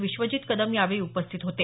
विश्वजीत कदम यावेळी उपस्थित होते